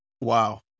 Wow